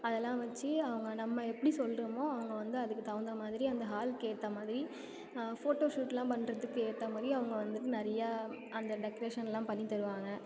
அதெல்லாம் வெச்சி அவங்க நம்ம எப்படி சொல்கிறோமோ அவங்க வந்து அதுக்கு தகுந்த மாதிரி அந்த ஹாலுக்கு ஏற்ற மாதிரி ஃபோட்டோஷூட்லாம் பண்ணுறத்துக்கு ஏற்ற மாதிரி அவங்க வந்துவிட்டு நிறையா அந்த டெக்ரேஷன்லாம் பண்ணித் தருவாங்க